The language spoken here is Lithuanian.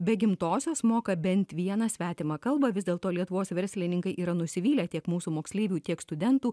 be gimtosios moka bent vieną svetimą kalbą vis dėlto lietuvos verslininkai yra nusivylę tiek mūsų moksleivių tiek studentų